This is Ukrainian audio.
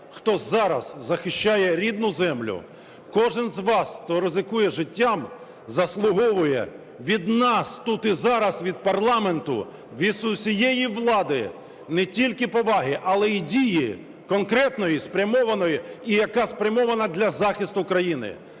хто зараз захищає рідну землю, кожен з вас, хто ризикує життям, заслуговує від нас тут і зараз, від парламенту, від усієї влади не тільки поваги, але і дії конкретної спрямованої і яка спрямована для захисту країни.